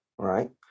Right